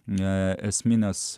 ne esmines